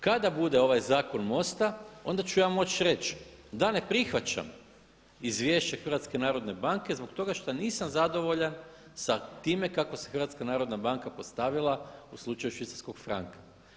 Kada bude ovaj zakon MOST-a onda ću ja moći reći da ne prihvaćam Izvješće HNB-a zbog toga što nisam zadovoljan sa time kako se HNB postavila u slučaju švicarskog franka.